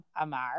Amar